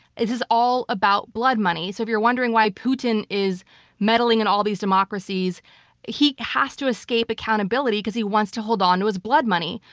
is is all about blood money. so if you're wondering why putin is meddling in and all these democracies he has to escape accountability because he wants to hold onto his blood money.